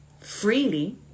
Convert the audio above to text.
freely